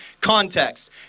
context